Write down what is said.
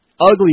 Ugly